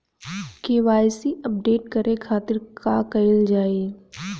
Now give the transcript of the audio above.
KYC update करे के खातिर का कइल जाइ?